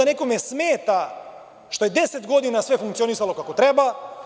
Onda nekome smeta što je deset godina sve funkcionisalo kako treba.